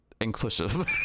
inclusive